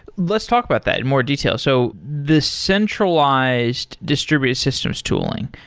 let's talk about that in more detail. so the centralized distributed systems tooling,